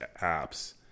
apps